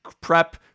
prep